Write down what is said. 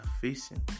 facing